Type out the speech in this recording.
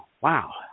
wow